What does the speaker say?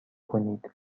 کنید